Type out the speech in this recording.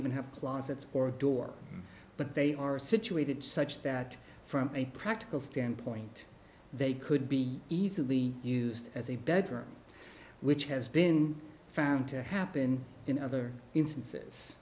even have closets or a door but they are situated such that from a practical standpoint they could be easily used as a bedroom which has been found to happen in other instances